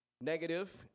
negative